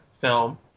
film